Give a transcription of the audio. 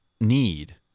need